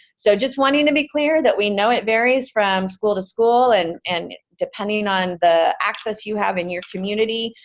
so just wanting to be clear that we know it varies from school to school, and and depending on the access you have in your community,